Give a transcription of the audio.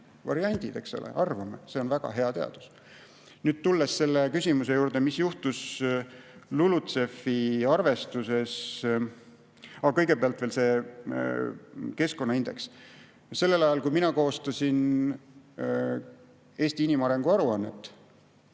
Variandid, eks ole. See on väga hea teadus. Nüüd tulen selle küsimuse juurde, mis juhtus LULUCF‑i arvestuses. Kõigepealt aga veel see keskkonnaindeks. Sellel ajal, kui mina koostasin Eesti inimarengu aruannet,